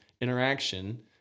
interaction